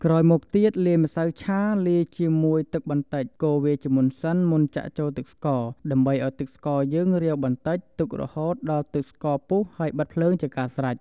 ក្រោយមកទៀតលាយម្សៅឆាលាយជាមួយទឹកបន្តិចកូរវាជាមុនសិនមុនចាក់ចូលទឹកស្ករដើម្បីឲ្យទឹកស្ករយើងរាវបន្តិចទុករហូតដល់ទឹកស្ករពុះហើយបិទភ្លើងជាការស្រេច។